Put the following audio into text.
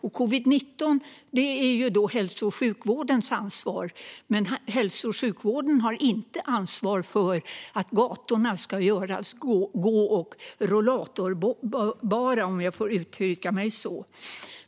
Covid-19 är hälso och sjukvårdens ansvar, men hälso och sjukvården har inte ansvar för att gatorna ska göras gå och rullatorbara, om jag får uttrycka mig så.